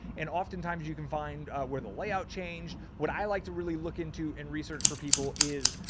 and oftentimes you can find where the layout change. what i like to really look into and research for people is,